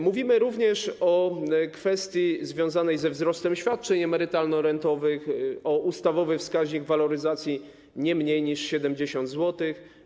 Mówimy również o kwestii związanej ze wzrostem świadczeń emerytalno-rentowych o ustawowy wskaźnik waloryzacji, nie mniej niż 70 zł.